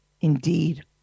Indeed